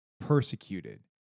persecuted